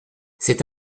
c’est